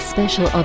Special